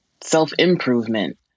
self-improvement